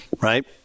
Right